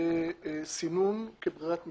סינון כברירת מחדל.